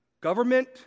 government